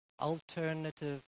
alternative